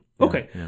okay